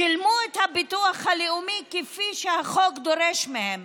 שילמו את הביטוח הלאומי כפי שהחוק דורש מהם